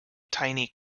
tiny